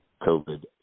COVID